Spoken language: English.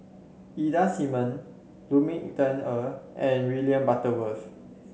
Ida Simmons Lu Ming Teh Earl and William Butterworth